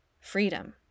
freedom